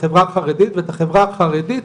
לחברה החרדית ואת החברה החרדית